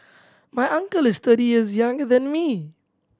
my uncle is thirty years younger than me